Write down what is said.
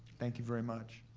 thank you very much.